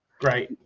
great